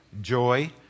joy